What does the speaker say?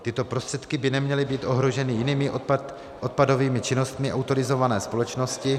Tyto prostředky by neměly být ohroženy jinými odpadovými činnostmi autorizované společnosti.